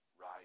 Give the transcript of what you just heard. right